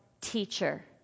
teacher